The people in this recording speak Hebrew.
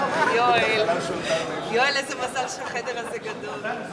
יואל, איזה מזל שהחדר הזה גדול.